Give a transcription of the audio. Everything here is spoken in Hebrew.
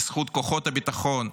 בזכות כוחות הביטחון,